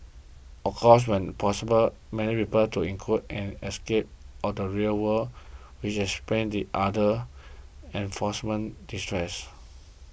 of course when possible many revert to include an escape on the real world which explains the other reinforcement distresses